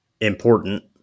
important